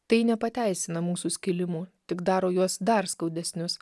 tai nepateisina mūsų skilimų tik daro juos dar skaudesnius